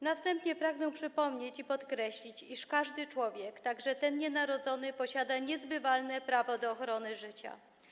Na wstępie pragnę przypomnieć i podkreślić, iż każdy człowiek, także ten nienarodzony, posiada niezbywalne prawo do ochrony życia.